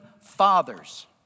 fathers